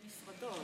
בענייני משרדו.